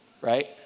Right